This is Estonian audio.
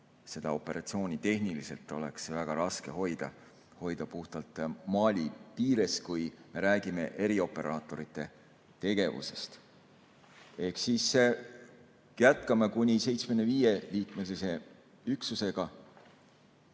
seda operatsiooni oleks tehniliselt väga raske hoida puhtalt Mali piires, kui me räägime erioperaatorite tegevusest. Ehk siis jätkame kuni 75-liikmelise üksusega.